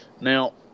now